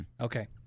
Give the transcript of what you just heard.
Okay